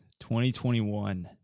2021